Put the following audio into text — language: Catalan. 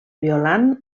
violant